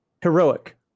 heroic